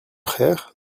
frère